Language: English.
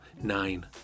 nine